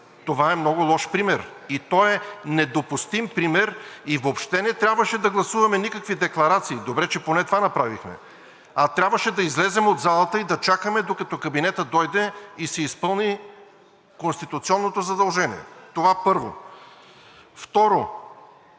Това е много лош пример и той е недопустим пример, и въобще не трябваше да гласуваме никакви декларации – добре, че поне това направихме, а трябваше да излезем от залата и да чакаме, докато кабинетът дойде и си изпълни конституционното задължение. Това, първо. Второ,